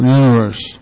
universe